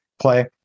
play